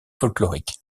folklorique